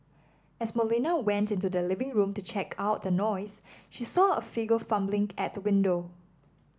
as Molina went into the living room to check out the noise she saw a figure fumbling at the window